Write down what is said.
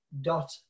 dot